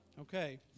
Okay